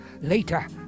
later